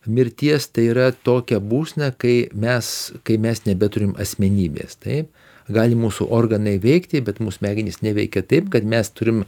mirties tai yra tokia būsena kai mes kai mes nebeturim asmenybės taip gali mūsų organai veikti bet mūsų smegenys neveikia taip kad mes turim